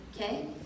okay